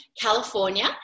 California